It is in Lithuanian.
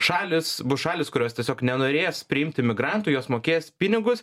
šalys bus šalys kurios tiesiog nenorės priimti migrantų jos mokės pinigus